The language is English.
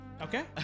Okay